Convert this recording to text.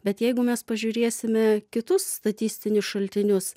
bet jeigu mes pažiūrėsime kitus statistinius šaltinius